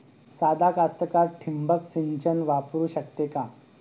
सादा कास्तकार ठिंबक सिंचन वापरू शकते का?